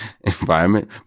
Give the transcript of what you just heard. environment